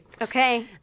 Okay